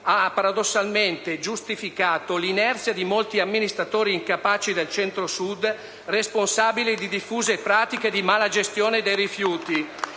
ha paradossalmente giustificato l'inerzia di molti amministratori incapaci del Centro-Sud, responsabili di diffuse pratiche di mala gestione del ciclo rifiuti.